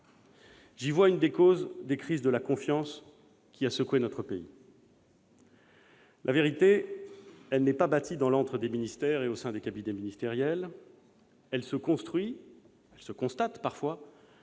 J'y vois une des causes de la crise de confiance qui a secoué notre pays. La vérité n'est pas bâtie dans l'antre des ministères et au sein des cabinets ministériels. Elle se construit et se constate parfois